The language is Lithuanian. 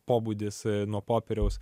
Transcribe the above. pobūdis nuo popieriaus